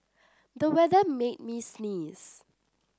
the weather made me sneeze